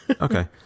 okay